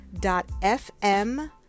FM